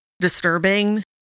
disturbing